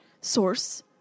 source